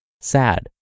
sad